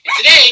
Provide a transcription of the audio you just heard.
Today